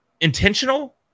intentional